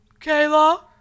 Kayla